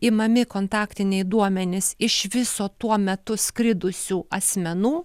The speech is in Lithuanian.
imami kontaktiniai duomenys iš viso tuo metu skridusių asmenų